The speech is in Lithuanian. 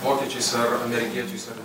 vokiečiais ar amerikiečiais ar